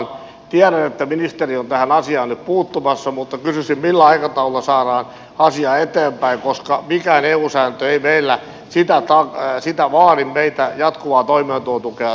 tiedän että ministeri on tähän asiaan nyt puuttumassa mutta kysyisin millä aikataululla saadaan asia eteenpäin koska mikään eu sääntö ei vaadi meitä jatkuvaa toimeentulotukea täällä maksamaan